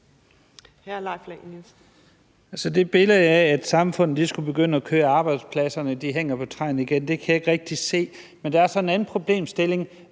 det billede af, at samfundet skulle begynde at køre og arbejdspladserne hænger på træerne igen, kan jeg ikke rigtig se. Men der er så en anden problemstilling,